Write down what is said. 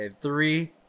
three